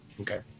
Okay